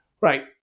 Right